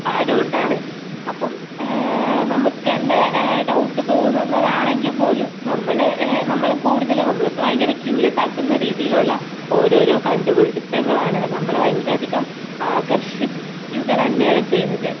ഇപ്പം ആ ഡൗട്ടാണ് അപ്പം നമുക്ക് തന്നെ ഡൗട്ട് തോന്നുന്നതാണങ്കിൽ പോലും നമ്മൾ നമ്മൾ കൂടുതലും നമ്മൾ ഇപ്പം ഭയങ്കര ക്യൂരിയസ് ആക്കുന്ന രീതിയിലുള്ള ഓരോരോ കണ്ടുപിടിത്തങ്ങളാണ് നമ്മളെ ഭയങ്കര അധികം ആകർഷിക്കുക തന്നെയാണ് ചെയ്യുന്നത്